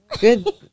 good